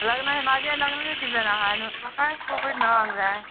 लग्न म्हाजें लग्नाचें सिजन आहाय न्हू म्हाकाय प्रोफीट मेळोंक जाय